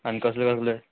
आनी कसले कसले